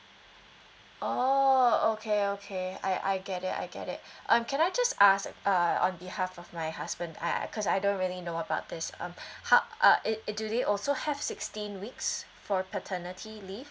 oh okay okay I I get that I get that um can I just ask uh on behalf of my husband I I cause I don't really know about this um how uh it do they also have sixteen weeks for paternity leave